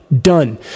Done